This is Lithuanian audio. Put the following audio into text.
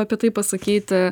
apie tai pasakyti